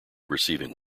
receiving